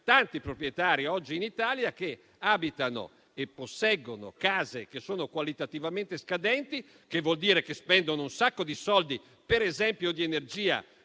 tanti proprietari oggi in Italia che posseggono e abitano case che sono qualitativamente scadenti; ciò vuol dire che spendono un sacco di soldi per energia,